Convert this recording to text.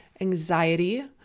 anxiety